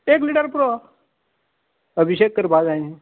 एक लिटर पुरो अभिशेक करपा जाय न्ही